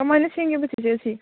ꯀꯃꯥꯏꯅ ꯁꯦꯝꯒꯦꯕ ꯆꯤꯆꯦ ꯁꯤ